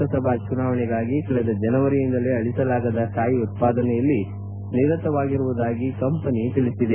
ಲೋಕಸಭಾ ಚುನಾವಣೆಗಾಗಿ ಕಳೆದ ಜನವರಿಯಿಂದಲೇ ಅಳಿಸಲಾಗದ ಶಾಯಿ ಉತ್ಪಾದನೆಯಲ್ಲಿ ನಿರತವಾಗಿರುವುದಾಗಿ ಕಂಪನಿ ತಿಳಿಸಿದೆ